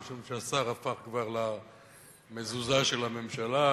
משום שהשר הפך כבר למזוזה של הממשלה,